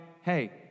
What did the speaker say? hey